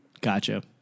Gotcha